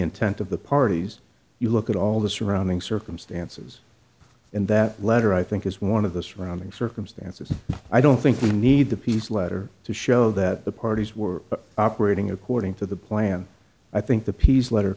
intent of the parties you look at all the surrounding circumstances in that letter i think is one of the surrounding circumstances and i don't think we need the peace letter to show that the parties were operating according to the plan i think the p's letter